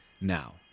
now